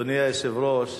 אדוני היושב-ראש,